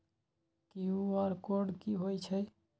QR code कि हई छई?